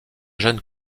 jeune